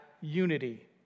unity